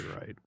right